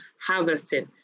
harvesting